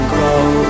grow